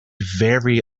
very